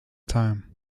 time